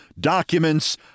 documents